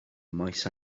maes